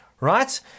Right